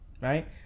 right